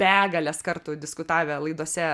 begales kartų diskutavę laidose